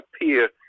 appear